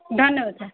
ଧନ୍ୟବାଦ ସାର୍